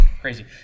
Crazy